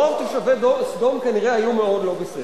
רוב תושבי סדום כנראה היו מאוד לא בסדר.